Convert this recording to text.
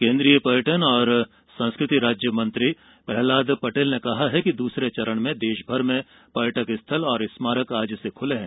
केंद्रीय पर्यटन एवम संस्कृति राज्य मंत्री प्रह्लाद पटेल ने कहा कि दूसरे चरण में देशभर में पर्यटक स्थल स्मारक मंदिर आज से खुले है